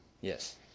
Yes